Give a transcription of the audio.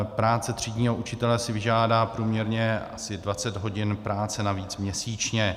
Práce třídního učitele si vyžádá průměrně asi 20 hodin práce navíc měsíčně.